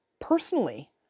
personally